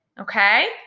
okay